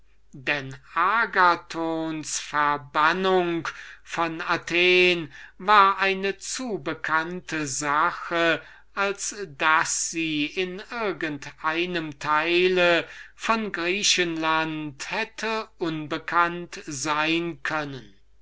denn agathons verbannung von athen war eine zu bekannte sache als daß sie in irgend einem teil von griechenlande hätte unbekannt sein können